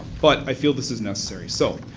but i feel this is necessary. so,